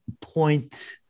point